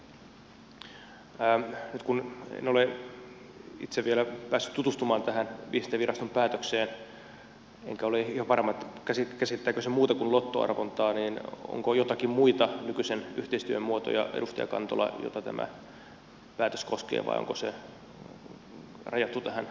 nyt kun en ole itse vielä päässyt tutustumaan tähän viestintäviraston päätökseen enkä ole ihan varma käsittääkö se muuta kuin lotto arvontaa niin onko joitakin muita nykyisen yhteistyön muotoja edustaja kantola joita tämä päätös koskee vai onko se rajattu tähän lotto arvontaan